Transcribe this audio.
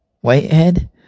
Whitehead